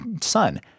son